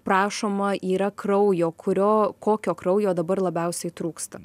prašoma yra kraujo kurio kokio kraujo dabar labiausiai trūksta